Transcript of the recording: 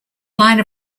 line